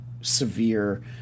severe